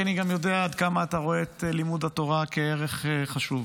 אני גם יודע עד כמה אתה רואה את לימוד התורה כערך חשוב.